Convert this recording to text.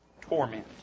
torment